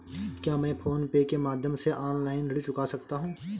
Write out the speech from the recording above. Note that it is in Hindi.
क्या मैं फोन पे के माध्यम से ऑनलाइन ऋण चुका सकता हूँ?